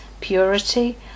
purity